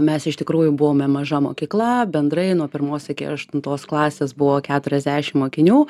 mes iš tikrųjų buvome maža mokykla bendrai nuo pirmos iki aštuntos klasės buvo keturiasdešim mokinių